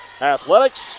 Athletics